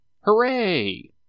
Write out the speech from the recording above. Hooray